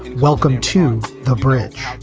welcome to the bridge.